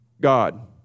God